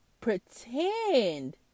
pretend